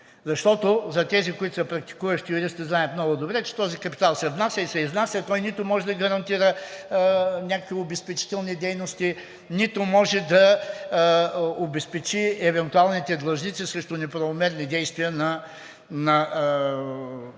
защото за тези, които са практикуващи юристи, знаят много добре, че този капитал се внася и се изнася. Той нито може да гарантира някакви обезпечителни дейности, нито може да обезпечи евентуалните длъжници срещу неправомерни действия на